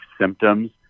symptoms